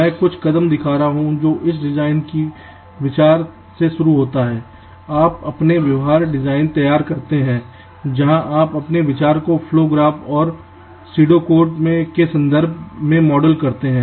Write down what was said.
मैं कुछ कदम दिखा रहा हूं जो एक डिजाइन की विचार से शुरू होता है आप पहले व्यवहार डिजाइन तैयार करते हैं जहां आप अपने विचार को flow graphs और pseudo codes के संदर्भ में मॉडल करते हैं